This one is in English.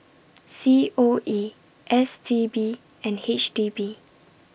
C O E S T B and H D B